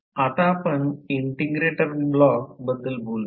आता आपण integrator block बद्दल बोलू